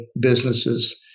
businesses